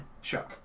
Sure